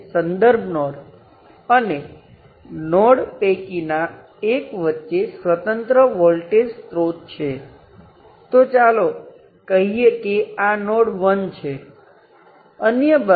તેથી તેનાથી કોઈ ફરક પડતો નથી હવે હું અહીં જે કહી રહ્યો હતો તેના પર તમને પાછા લઈ જાઉં કારણ કે આ બધા વોલ્ટેજ એકબીજા સાથે સરખા છે હવે હું જે કહું છું તે એ છે કે આપણે તે બધા નોડને એકબીજા સાથે જોડી શકીએ છીએ